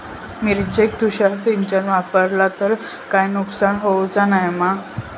मिरचेक तुषार सिंचन वापरला तर काय नुकसान होऊचा नाय मा?